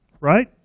Right